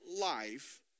life